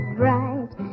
bright